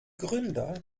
gründer